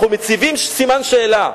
אנחנו מציבים סימן שאלה.